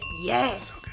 yes